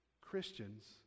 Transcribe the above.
christians